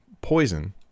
poison